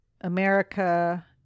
America